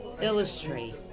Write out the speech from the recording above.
illustrate